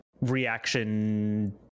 reaction